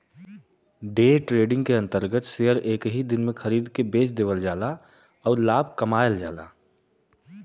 day trading के अंतर्गत share एक ही दिन में खरीद के बेच देवल जाला आउर लाभ कमायल जाला